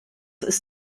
ist